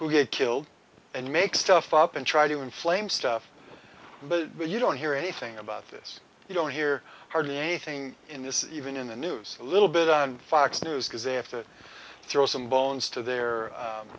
get killed and make stuff up and try to inflame stuff but you don't hear anything about this you don't hear hardly anything in this is even in the news a little bit on fox news because they have to throw some bones to their